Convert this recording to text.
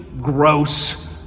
gross